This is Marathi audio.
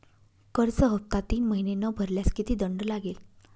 कर्ज हफ्ता तीन महिने न भरल्यास किती दंड लागेल?